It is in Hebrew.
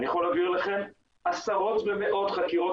אני יכול להעביר לכם עשרות ומאות חקירות